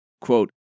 Quote